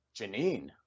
Janine